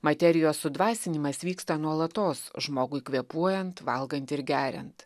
materijos sudvasinimas vyksta nuolatos žmogui kvėpuojant valgant ir geriant